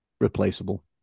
replaceable